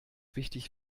wichtig